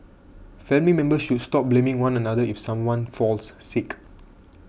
family members should stop blaming one another if someone falls sick